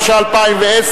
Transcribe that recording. התש"ע 2010,